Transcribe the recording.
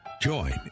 Join